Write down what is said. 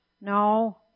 No